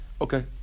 okay